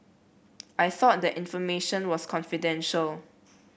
I thought that information was confidential